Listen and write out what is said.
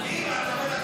את מי מלחיץ?